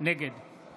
נגד